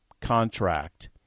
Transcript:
contract